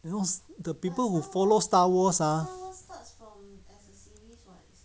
you know the people who follow star wars ah